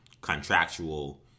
contractual